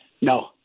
No